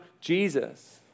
Jesus